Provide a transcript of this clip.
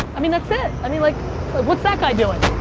i mean that's it. i mean like what's that guy doing?